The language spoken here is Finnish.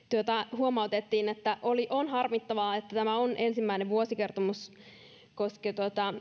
huomautettiin että on harmittavaa että tämä on ensimmäinen vuosikertomus koska